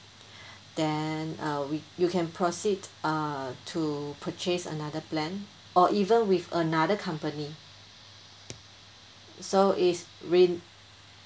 then uh we you can proceed uh to purchase another plan or even with another company so is